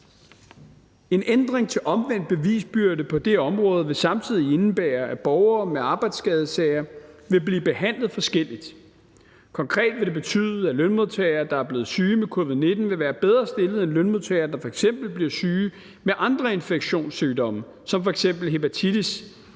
En ændring til omvendt bevisbyrde på det område vil samtidig indebære, at borgere med arbejdsskadesager vil blive behandlet forskelligt. Konkret vil det betyde, at lønmodtagere, der er blevet syge med covid-19, vil være bedre stillet end lønmodtagere, der f.eks. bliver syge med andre infektionssygdomme som f.eks. hepatitis